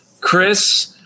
Chris